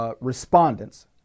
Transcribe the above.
respondents